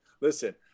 listen